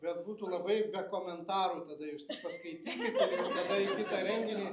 bet būtų labai be komentarų tada jūs tik paskaitykit ir tada į kitą renginį